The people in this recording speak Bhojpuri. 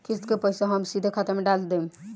किस्त के पईसा हम सीधे खाता में डाल देम?